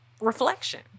reflection